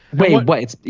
wait wait.